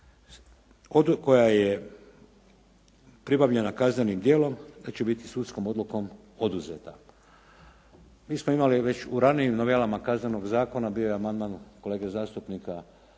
koja je pribavljena kaznenim djelom da će biti sudskom odlukom oduzeta. Mi smo imali već u ranijim novelama Kaznenog zakona, bio je amandman kolege zastupnika